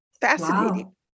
Fascinating